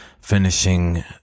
finishing